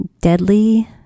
deadly